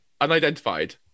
Unidentified